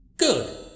Good